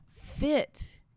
fit